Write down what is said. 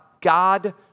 God